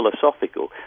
philosophical